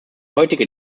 heutige